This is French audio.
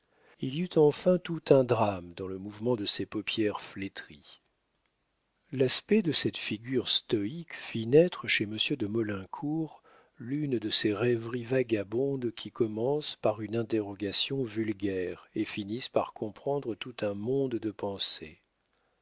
il y eut enfin tout un drame dans le mouvement de ses paupières flétries l'aspect de cette figure stoïque fit naître chez monsieur de maulincour l'une de ces rêveries vagabondes qui commencent par une interrogation vulgaire et finissent par comprendre tout un monde de pensées